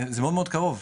זה מאוד מאוד קרוב,